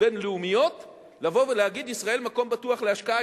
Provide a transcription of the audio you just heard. בין-לאומיות לבוא ולהגיד: ישראל מקום בטוח להשקעה,